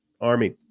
army